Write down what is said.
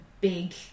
big